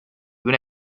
una